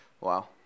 Wow